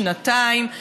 שנתיים,